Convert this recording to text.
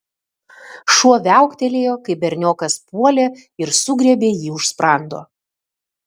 šuo viauktelėjo kai berniokas puolė ir sugriebė jį už sprando